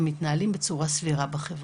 הם מתנהלים בצורה סבירה בחברה."